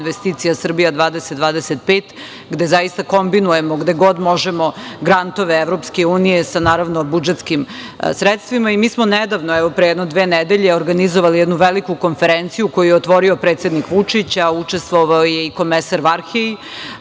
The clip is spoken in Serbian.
investicija „Srbija 2025“, gde zaista kombinujemo gde god možemo grantove Evropske unije sa budžetskim sredstvima. Mi smo nedavno, evo, pre jedno dve nedelje, organizovali jednu veliku konferenciju koju je otvorio predsednik Vučić, a učestvovao je i komesar Varhelji,